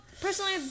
personally